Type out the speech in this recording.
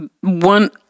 one